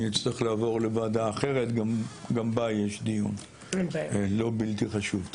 אני צריך לעבור לוועדה אחרת שגם בה יש דיון לא בלתי חשוב.